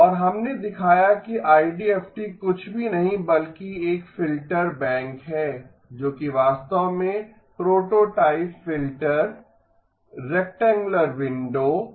और हमने दिखाया कि आईडीएफटी कुछ भी नहीं बल्कि एक फिल्टर बैंक है जो कि वास्तव में प्रोटोटाइप फिल्टर रेक्टैंगुलर विंडो है